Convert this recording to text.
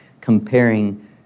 comparing